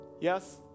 Yes